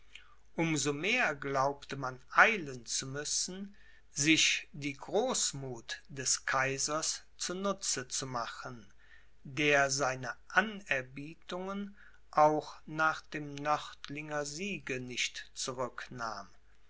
so mehr glaubte man eilen zu müssen sich die großmuth des kaisers zu nutze zu machen der seine anerbietungen auch nach dem nördlinger siege nicht